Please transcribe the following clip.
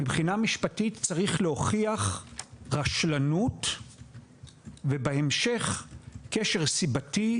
מבחינה משפטית צריך להוכיח רשלנות ובהמשך קשר סיבתי